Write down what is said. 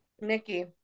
Nikki